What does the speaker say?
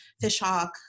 Fishhawk